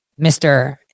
Mr